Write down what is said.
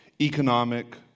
economic